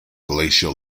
glacial